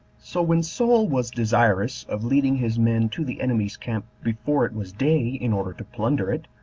so when saul was desirous of leading his men to the enemy's camp before it was day, in order to plunder it,